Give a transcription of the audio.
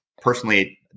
personally